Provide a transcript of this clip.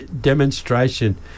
demonstration